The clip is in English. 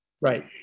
Right